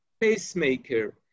pacemaker